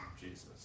Jesus